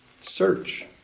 Search